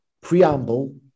preamble